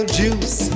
juice